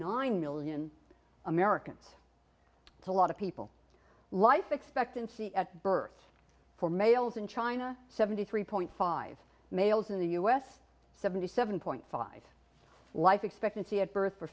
nine million americans to lot of people life expectancy at birth for males in china seventy three point five males in the u s seventy seven point five life expectancy at birth for